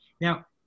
Now